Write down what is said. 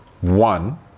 one